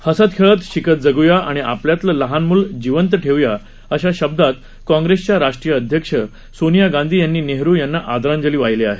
हसत खेळत शिकत जग़या आणि आपल्यातलं लहान मुल जिवंत ठेव्या अशा शब्दात काँग्रेसच्या राष्ट्रीय अध्यक्ष सोनिया गांधी यांनी नेहरु यांना आदरांजली वाहिली आहे